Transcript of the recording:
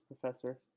professor